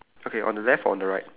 okay on the left or on the right